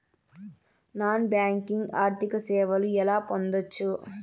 Non banking ఆర్థిక సేవలు ఎలా పొందొచ్చు?